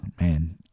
man